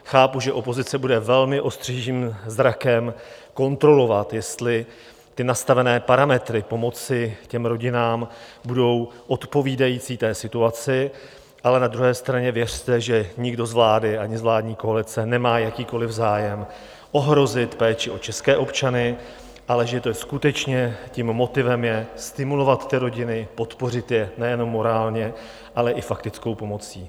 Chápu, že opozice bude velmi ostřížím zrakem kontrolovat, jestli ty nastavené parametry pomoci těm rodinám budou odpovídající situaci, ale na druhé straně věřte, že nikdo z vlády ani z vládní koalice nemá jakýkoliv zájem ohrozit péči o české občany, ale že skutečně tím motivem je stimulovat ty rodiny, podpořit je nejenom morálně, ale i faktickou pomocí.